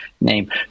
name